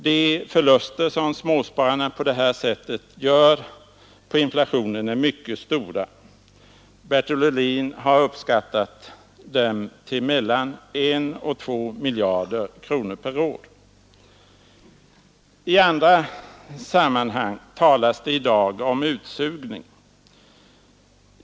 De förluster som småspararna på detta sätt gör på inflationen är mycket stora — Bertil Ohlin har uppskattat dem till mellan 1 och 2 miljarder kronor per år. I andr mmanhang tala det i dag om utsugning.